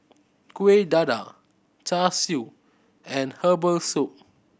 Kuih Dadar Char Siu and herbal soup